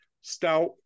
stout